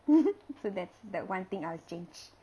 so that's that one thing I'll change